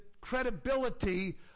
credibility